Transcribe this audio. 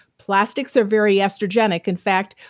plastics are very estrogenic in fact,